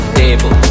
table